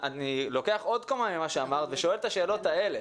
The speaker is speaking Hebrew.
אני ממשיך את מה שאמרת ושואל את השאלות האלה.